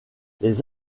les